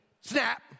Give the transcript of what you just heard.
Snap